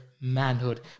manhood